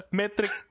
metric